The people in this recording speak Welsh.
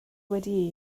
wedi